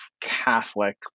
Catholic